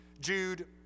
Jude